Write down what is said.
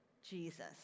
Jesus